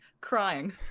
Crying